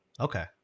Okay